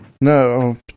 No